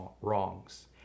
wrongs